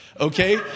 okay